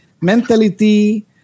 mentality